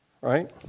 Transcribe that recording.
right